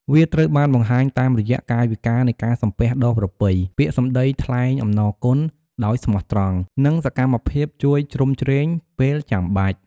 វាត្រូវបានបង្ហាញតាមរយៈ កាយវិការនៃការសំពះដ៏ប្រពៃ, ពាក្យសម្ដីថ្លែងអំណរគុណ ដោយស្មោះត្រង់ និង សកម្មភាពជួយជ្រោមជ្រែង ពេលចាំបាច់។